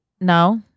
No